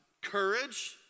courage